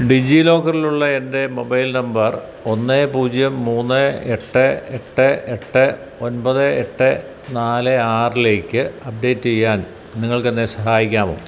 ഡിജി ലോക്കറിലുള്ള എൻ്റെ mobile number ഒന്ന് പൂജ്യം മൂന്ന് എട്ട് എട്ട് എട്ട് ഒൻപത് എട്ട് നാല് ആറിലേക്ക് അപ്ഡേറ്റ് ചെയ്യാൻ നിങ്ങൾക്കെന്നെ സഹായിക്കാമോ